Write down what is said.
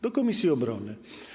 Do komisji obrony.